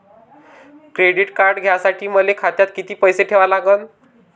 Credit card घ्यासाठी मले खात्यात किती पैसे ठेवा लागन?